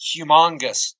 humongous